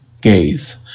gaze